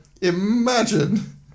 Imagine